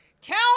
Tell